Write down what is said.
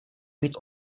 mít